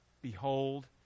Behold